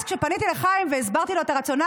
אז כשפניתי לחיים והסברתי לו את הרציונל,